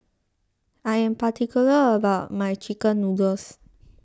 I am particular about my Chicken Noodles